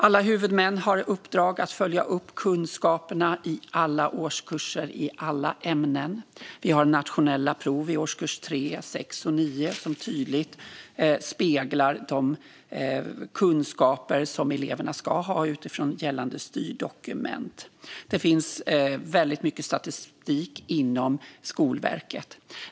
Alla huvudmän har i uppdrag att följa upp kunskaperna i alla årskurser i alla ämnen. Vi har nationella prov i årskurs 3, 6 och 9 som tydligt speglar de kunskaper som eleverna ska ha utifrån gällande styrdokument. Det finns väldigt mycket statistik inom Skolverket.